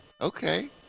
okay